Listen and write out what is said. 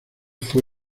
fue